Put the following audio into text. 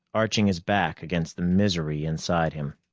arching his back against the misery inside him.